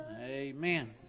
Amen